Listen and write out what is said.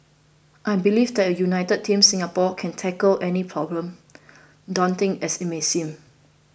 I believe that a united Team Singapore can tackle any problem daunting as it may seem